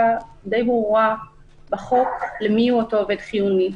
די ברורה בחוק למיהו אותו עובד חיוני,